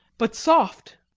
but soft,